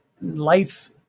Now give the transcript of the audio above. life